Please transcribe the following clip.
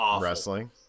wrestling